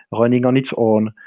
honing on its own.